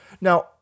Now